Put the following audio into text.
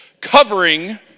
covering